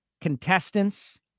contestants